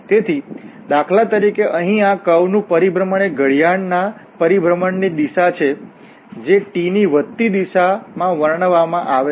તેથી દાખલા તરીકે અહીં આ કર્વ વળાંક નું પરિભ્રમણ એ ઘડિયાળ ના પરિભ્રમણની દિશા છે જે t ની વધતી દિશામાં વર્ણવવામાં આવે છે